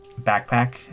backpack